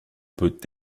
peut